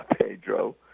Pedro